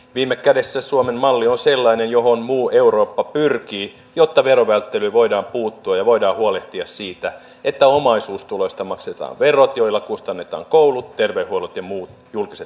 viime kädessä suomen malli on sellainen johon muu eurooppa pyrkii jotta verovälttelyyn voidaan puuttua ja voidaan huolehtia siitä että omaisuustuloista maksetaan verot joilla kustannetaan koulut terveydenhuollot ja muut julkiset palvelut